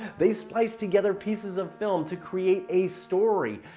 they spliced together pieces of film to create a story.